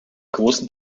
großen